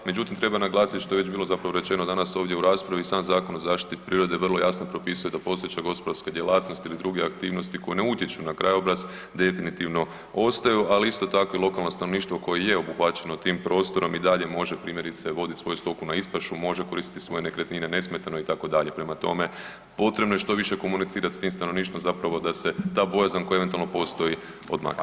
Međutim treba naglasiti što je već bilo zapravo rečeno danas ovdje u raspravi i sam Zakon o zaštiti prirode vrlo jasno propisuje da postojeće gospodarske djelatnosti ili druge aktivnosti koje ne utječu na krajobraz definitivno ostaju, ali isto tako i lokalno stanovništvo koje je obuhvaćeno tim prostorom i dalje može primjerice vodit svoju stoku na ispašu, može koristiti svoje nekretnine nesmetano itd., prema tome potrebno je što više komunicirati s tim stanovništvom zapravo da se ta bojazan koja eventualno postoji odmakne.